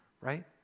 right